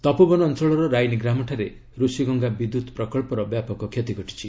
ତପୋବନ ଅଞ୍ଚଳର ରାଇନି ଗ୍ରାମଠାରେ ଋଷିଗଙ୍ଗା ବିଦ୍ୟୁତ୍ ପ୍ରକଳ୍ପର ବ୍ୟାପକ କ୍ଷତି ଘଟିଛି